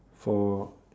for